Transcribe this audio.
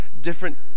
different